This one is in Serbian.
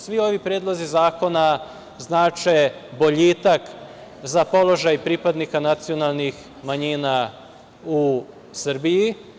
Svi ovi predlozi zakona znače boljitak za položaj pripadnika nacionalnih manjina u Srbiji.